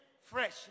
fresh